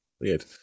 weird